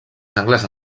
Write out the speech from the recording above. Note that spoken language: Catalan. senglars